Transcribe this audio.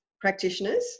practitioners